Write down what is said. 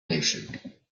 nation